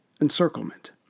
encirclement